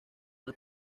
una